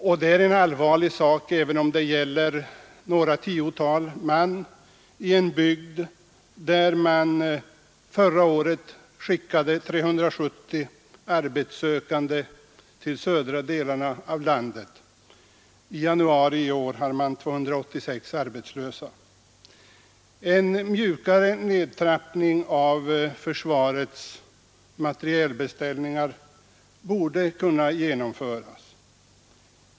Detta är en allvarlig sak, även om det gäller några tiotal man i en bygd där man förra året skickade 370 arbetssökande till södra delarna av landet. I januari i år fanns det 286 arbetslösa. En mjukare nedtrappning av försvarets materielbeställningar borde kunna genomföras.